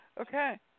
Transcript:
Okay